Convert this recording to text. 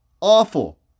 awful